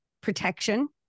protection